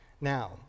Now